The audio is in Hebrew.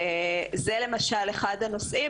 וזה למשל הוא אחד הנושאים